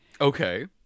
Okay